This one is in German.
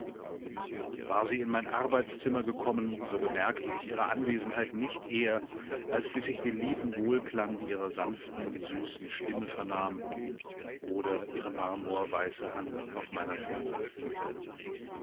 war sie in mein arbeitszimmer gekommen so bemerkte ich ihre anwesenheit nicht eher als bis ich den lieben wohlklang ihrer sanften süßen stimme vernahm oder ihre marmorweiße hand auf meiner schulter fühlte